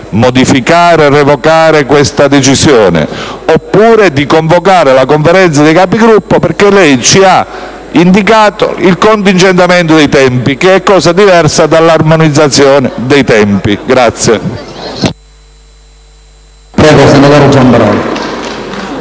modificare o revocare questa decisione, oppure di convocare la Conferenza dei Capigruppo, perché lei ci ha indicato il contingentamento dei tempi, che è cosa diversa dall'armonizzazione dei tempi.